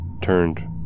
turned